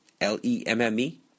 L-E-M-M-E